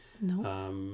No